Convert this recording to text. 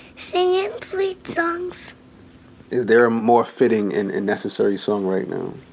singin' sweet songs. is there a more fitting and necessary song right now?